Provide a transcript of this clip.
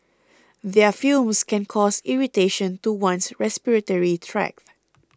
their fumes can cause irritation to one's respiratory tract